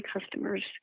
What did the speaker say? customers